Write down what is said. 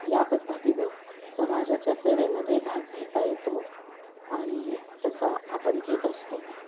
या पद्धतीनं समाजाच्या सेवेमध्ये भाग घेता येतो आणि तसा आपण घेत असतो